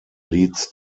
leads